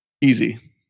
easy